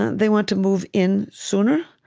they want to move in sooner.